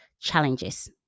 challenges